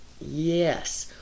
yes